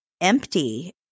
empty